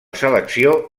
selecció